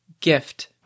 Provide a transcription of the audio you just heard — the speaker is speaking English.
gift